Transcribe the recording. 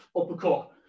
uppercut